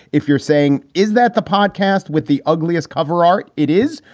if you're saying is that the podcast with the ugliest cover art? it is,